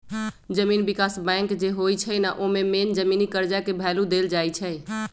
जमीन विकास बैंक जे होई छई न ओमे मेन जमीनी कर्जा के भैलु देल जाई छई